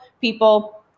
people